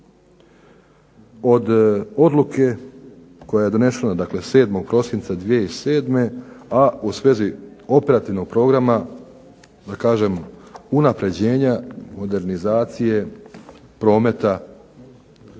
od odluke koja je donešena dakle 7. prosinca 2007., a u svezi operativnog programa, da kažem unapređenja, modernizacije prometa